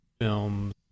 films